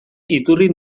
iturri